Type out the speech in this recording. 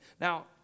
Now